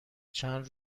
چند